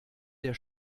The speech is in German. der